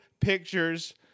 pictures